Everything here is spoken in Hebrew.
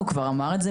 הוא כבר אמר את זה,